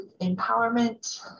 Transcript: empowerment